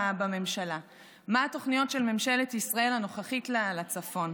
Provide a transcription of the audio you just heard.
בממשלה מה התוכניות של ממשלת ישראל הנוכחית לצפון.